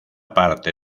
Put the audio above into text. parte